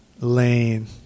Lane